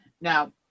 Now